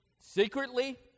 secretly